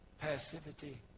passivity